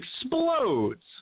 explodes